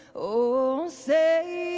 oh, say